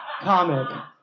Comic